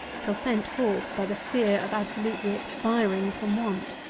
till sent forth by the fear of absolutely expiring from want?